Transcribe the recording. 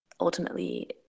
ultimately